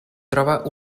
troba